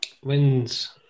when's